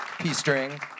P-string